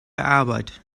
arbeit